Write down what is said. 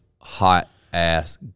hot-ass